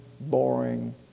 boring